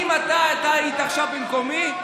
אם אתה היית עכשיו במקומי,